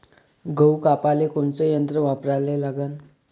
गहू कापाले कोनचं यंत्र वापराले लागन?